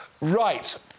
Right